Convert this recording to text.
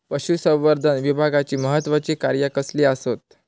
पशुसंवर्धन विभागाची महत्त्वाची कार्या कसली आसत?